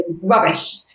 rubbish